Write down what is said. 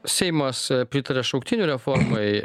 seimas pritaria šauktinių reformai